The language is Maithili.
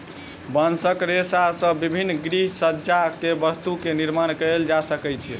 बांसक रेशा से विभिन्न गृहसज्जा के वस्तु के निर्माण कएल जा सकै छै